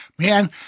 Man